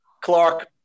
Clark